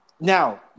Now